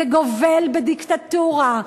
זה גובל בדיקטטורה.